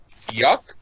yuck